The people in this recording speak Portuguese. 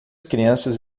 crianças